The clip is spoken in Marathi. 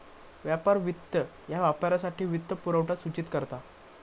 व्यापार वित्त ह्या व्यापारासाठी वित्तपुरवठा सूचित करता